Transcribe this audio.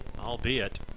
albeit